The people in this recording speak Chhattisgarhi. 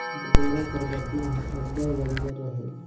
डोरा कर बटना हर अब्बड़ बंजर रहेल